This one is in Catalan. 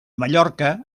mallorca